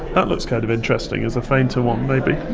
that looks kind of interesting as a fainter one maybe.